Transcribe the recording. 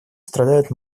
страдают